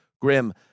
grim